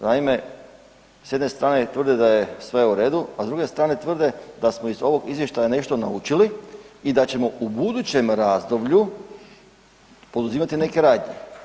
Naime, s jedne strane tvrde da je sve u redu, a s druge strane tvrde da smo iz ovog Izvještaja nešto naučili i da ćemo u budućem razdoblju poduzimati neke radnje.